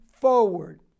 forward